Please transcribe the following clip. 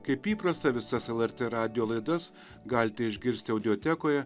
kaip įprasta visas lrt radijo laidas galite išgirsti audiotekoje